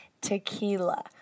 Tequila